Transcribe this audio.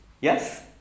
Yes